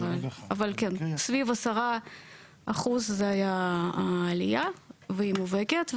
אבל סביב ה- 10% זה היה העלייה והיא מובהקת,